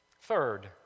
Third